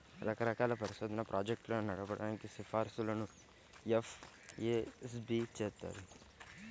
రకరకాల పరిశోధనా ప్రాజెక్టులను నడపడానికి సిఫార్సులను ఎఫ్ఏఎస్బి చేత్తది